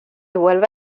vuelve